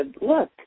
look